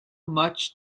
much